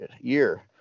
year